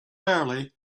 early